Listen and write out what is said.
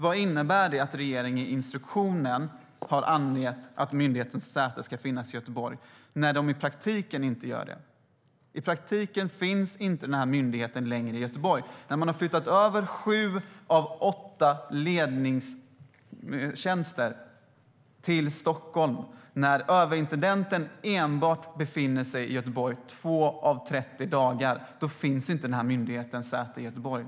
Vad innebär det att regeringen i instruktionen har angett att myndighetens säte ska finnas i Göteborg när det i praktiken inte gör det? I praktiken finns denna myndighet inte längre i Göteborg.När man har flyttat över sju av åtta ledningstjänster till Stockholm och överintendenten befinner sig i Göteborg endast 2 dagar av 30 finns inte myndighetens säte längre i Göteborg.